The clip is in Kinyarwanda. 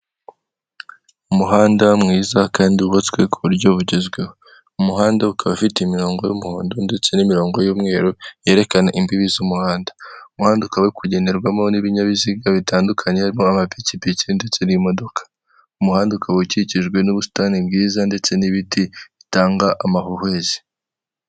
Abagore bicaye mu nzu mbera byombi buri meza igiye yicayeho abantu batarenze batatu, buri meza igiye yambitswe igitambaro gisa umweru ndetse n'intebe, bose imbere yabo hagiye hateretswe icupa ririmo amazi kandi bose bari kureba imbere yabo.